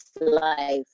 life